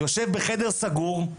יושב בחדר סגור,